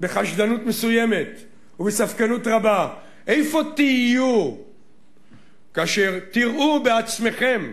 בחשדנות מסוימת ובספקנות רבה: איפה תהיו כאשר תראו בעצמכם,